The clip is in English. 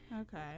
Okay